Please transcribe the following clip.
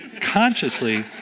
consciously